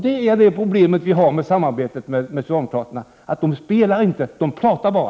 Det problem vi har i samarbetet med socialdemokraterna är att de inte spelar, de pratar bara.